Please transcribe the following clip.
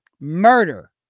murder